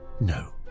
No